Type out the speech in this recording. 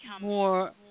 more